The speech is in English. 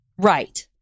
Right